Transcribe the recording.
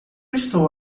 estou